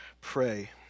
pray